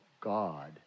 God